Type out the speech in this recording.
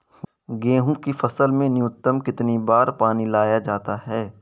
गेहूँ की फसल में न्यूनतम कितने बार पानी लगाया जाता है?